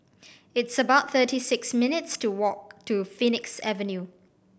it's about thirty six minutes' to walk to Phoenix Avenue